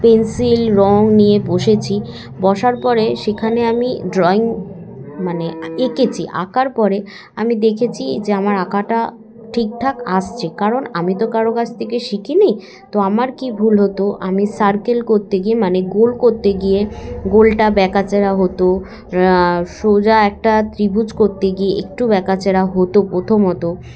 pencil রঙ নিয়ে বসেছি বসার পরে সেখানে আমি ড্রয়িং মানে এঁকেছি আঁকার পরে আমি দেখেছি যে আমার আঁকাটা ঠিক ঠাক আসছে কারণ আমি তো কারো কাছ থেকে শিখিনি তো আমার কী ভুল হতো আমি সার্কেল করতে গিয়ে মানে গোল করতে গিয়ে গোলটা ব্যাকাচোরা হতো সোজা একটা ত্রিভুজ করতে গিয়ে একটু ব্যাাকাচেরা হতো প্রথমত